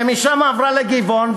ומשם עברה ל"גבעון",